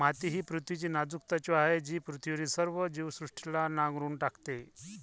माती ही पृथ्वीची नाजूक त्वचा आहे जी पृथ्वीवरील सर्व जीवसृष्टीला नांगरून टाकते